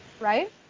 right